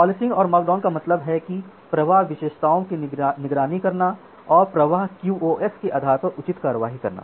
policing और markdown का मतलब है कि प्रवाह विशेषताओं की निगरानी करना और प्रवाह QoS के आधार पर उचित कार्रवाई करना